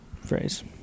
phrase